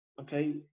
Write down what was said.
okay